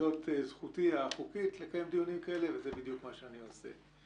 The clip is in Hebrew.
זו זכותי החוקית לקיים דיונים כאלה וזה בדיוק מה שאני עושה.